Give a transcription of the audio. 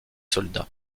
soldats